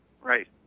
right